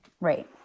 Right